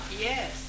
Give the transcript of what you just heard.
Yes